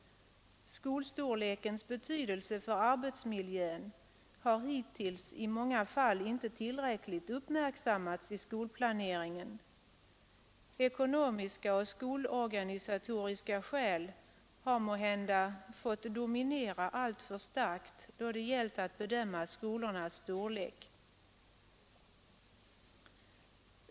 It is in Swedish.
Skolstorlekens betydelse för arbetsmiljön har hittills i många fall inte uppmärksammats tillräckligt i skolplaneringen. Ekonomiska och skolorganisatoriska skäl har måhända fått dominera alltför starkt då det gällt att bestämma skolornas storlek.